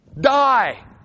Die